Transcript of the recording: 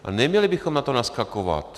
A neměli bychom na to naskakovat.